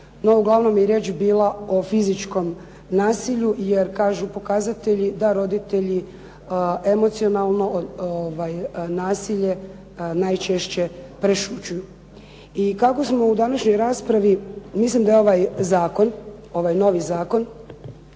uglavnom je riječ bila o fizičkom nasilju. Jer kažu pokazatelji da roditelji emocionalno nasilje najčešće prešućuju. I kako smo u današnjoj raspravi, mislim da je ovaj novi zakon